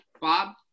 Bob